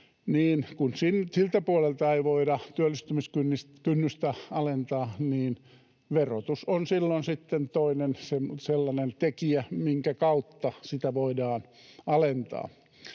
eikä siltä puolelta voida työllistymiskynnystä alentaa, niin verotus on silloin sitten toinen sellainen tekijä, minkä kautta sitä voidaan alentaa.